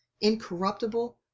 incorruptible